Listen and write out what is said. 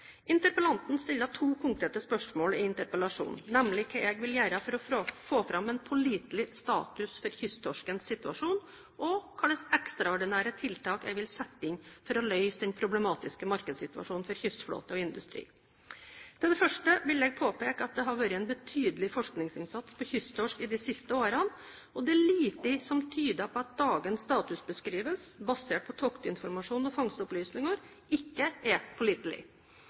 Interpellanten stiller to konkrete spørsmål i interpellasjonen, nemlig hva jeg vil gjøre for å få fram en pålitelig status for kysttorskens situasjon, og hvilke ekstraordinære tiltak jeg vil sette inn for å løse den problematiske markedssituasjonen for kystflåte og industri. Når det gjelder det første, vil jeg påpeke at det har vært en betydelig forskningsinnsats på kysttorsk i de siste årene, og det er lite som tyder på at dagens statusbeskrivelse – basert på toktinformasjon og fangstopplysninger – ikke er pålitelig.